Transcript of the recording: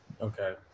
Okay